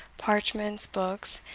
parchments, books,